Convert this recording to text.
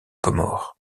comores